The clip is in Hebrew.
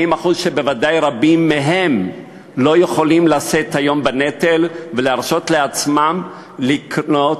40% שבוודאי רבים מהם לא יכולים לשאת היום בנטל ולהרשות לעצמם לקנות